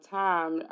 time